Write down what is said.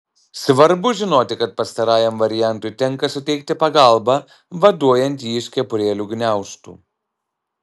svarbu žinoti kad pastarajam variantui tenka suteikti pagalbą vaduojant jį iš kepurėlių gniaužtų